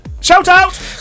Shout-out